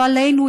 לא עלינו,